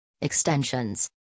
Extensions